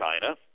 China